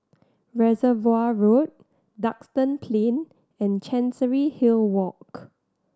Reservoir Road Duxton Plain and Chancery Hill Walk